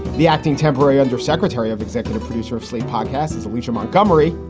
the acting temporary undersecretary of executive producer of slate podcasts alicia montgomery,